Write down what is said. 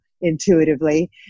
intuitively